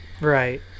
Right